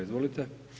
Izvolite.